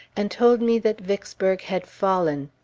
and told me that vicksburg had fallen.